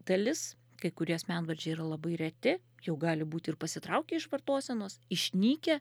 dalis kai kurie asmenvardžiai yra labai reti jau gali būti ir pasitraukę iš vartosenos išnykę